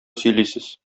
сөйлисез